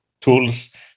tools